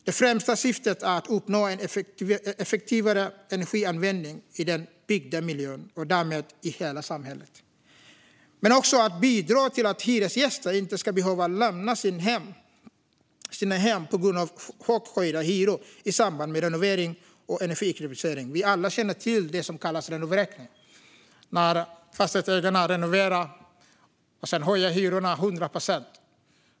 Det främsta syftet är att uppnå en effektivare energianvändning i den byggda miljön och därmed i hela samhället, men syftet är också att bidra till att hyresgäster inte ska behöva lämna sina hem på grund av chockhöjda hyror i samband med renovering och energieffektivisering. Vi alla känner till det som kallas renovräkning, när fastighetsägarna renoverar och sedan höjer hyrorna med 100 procent.